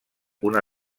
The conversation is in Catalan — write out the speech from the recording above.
una